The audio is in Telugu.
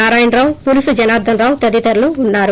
నారాయణరావు పులుసు జనార్ధనరావు తదితరులు ఉన్నారు